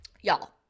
Y'all